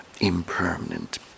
impermanent